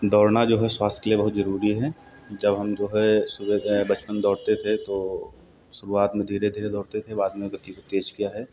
दौड़ना जो है स्वास्थ्य के लिए बहुत ज़रूरी है जब हम जो है सुबह गए बचपन दौड़ते थे तो शुरुआत में धीरे धीरे दौड़ते थे बाद में गति को तेज़ किया है